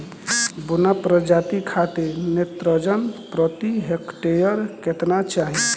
बौना प्रजाति खातिर नेत्रजन प्रति हेक्टेयर केतना चाही?